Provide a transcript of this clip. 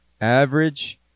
Average